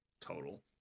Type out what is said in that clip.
total